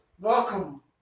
welcome